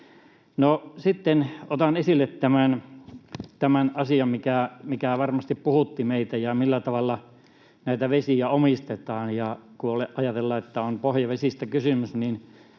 otan esille tämän asian, mikä varmasti puhutti meitä, eli sen, millä tavalla näitä vesiä omistetaan. Kun ajatellaan, että on pohjavesistä kysymys,